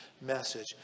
message